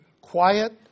quiet